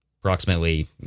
approximately